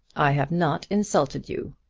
i have not insulted you.